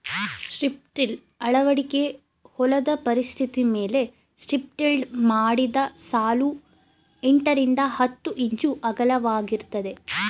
strip till ಅಳವಡಿಕೆ ಹೊಲದ ಪರಿಸ್ಥಿತಿಮೇಲೆ ಸ್ಟ್ರಿಪ್ಟಿಲ್ಡ್ ಮಾಡಿದ ಸಾಲು ಎಂಟರಿಂದ ಹತ್ತು ಇಂಚು ಅಗಲವಾಗಿರ್ತದೆ